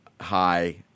high